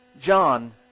John